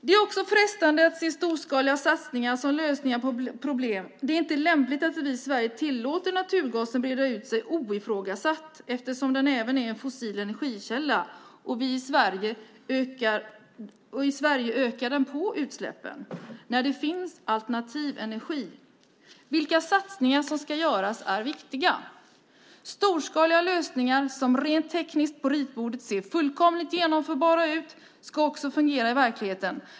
Det är också frestande att se storskaliga satsningar som lösningar på problem. Det är inte lämpligt att vi i Sverige tillåter naturgasen att breda ut sig oifrågasatt, eftersom den är en fossil energikälla. I Sverige ökar den på utsläppen, när det finns alternativ energi. Vilka satsningar som ska göras är viktigt. Storskaliga lösningar som rent tekniskt på ritbordet ser fullkomligt genomförbara ut ska också fungera i verkligheten.